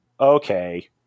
okay